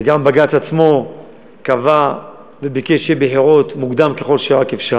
וגם בג"ץ עצמו קבע וביקש בחירות מוקדם ככל האפשר.